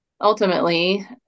ultimately